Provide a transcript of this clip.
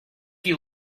you